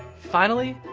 finally,